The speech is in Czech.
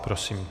Prosím.